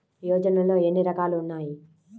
యోజనలో ఏన్ని రకాలు ఉన్నాయి?